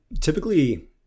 Typically